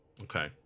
Okay